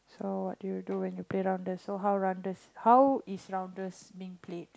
so what do you do when you play Rounders so how Rounders how is Rounders being played